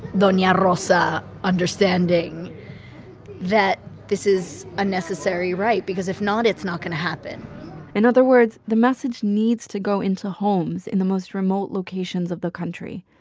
and yeah rosa understanding that this is a necessary right because if not, it's not going to happen in other words, the message needs to go into homes in the most remote locations of the country.